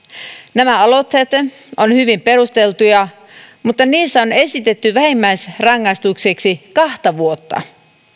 nämä aloitteet ovat hyvin perusteltuja mutta niissä on esitetty vähimmäisrangaistukseksi kaksi vuotta